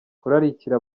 kurarikira